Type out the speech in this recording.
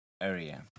area